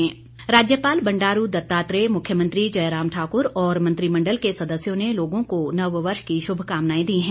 बधाई राज्यपाल बंडारू द त्ताात्रेय मुख्यमंत्री जयराम ठाकुर और मंत्रिमण्डल सदस्यों ने लोगों को नववर्ष की शुभकामनाएं दी हैं